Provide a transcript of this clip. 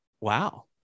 wow